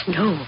no